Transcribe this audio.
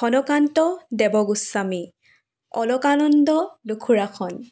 Ghanakanta Devgoswami Alakananda Lukhurakhon